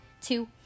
two